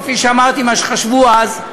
כפי שאמרתי מה שחשבו אז,